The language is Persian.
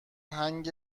هنگ